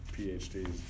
PhDs